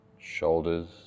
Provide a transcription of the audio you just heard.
shoulders